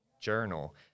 journal